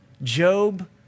Job